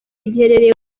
giherereye